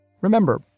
Remember